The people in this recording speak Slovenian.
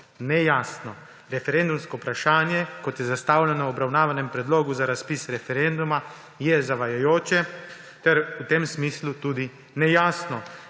nejasno. Referendumsko vprašanje, kot je zastavljeno v obravnavanem predlogu za razpis referenduma, je zavajajoče ter v tem smislu tudi nejasno.